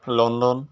London